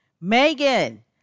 Megan